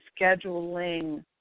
scheduling